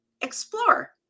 explore